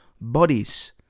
bodies